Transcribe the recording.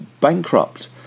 bankrupt